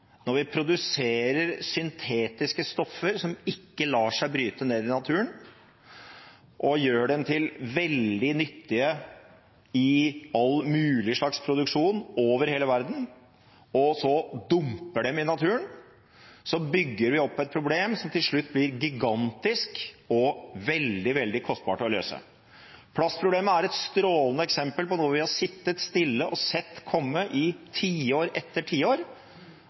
Når vi produserer syntetiske stoffer som ikke lar seg bryte ned i naturen, og gjør dem veldig nyttige i all mulig slags produksjon over hele verden, og så dumper dem i naturen, bygger vi opp et problem som til slutt blir gigantisk – og veldig, veldig kostbart å løse. Plastproblemet er et strålende eksempel på noe vi har sittet stille og sett komme i tiår etter tiår.